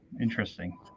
Interesting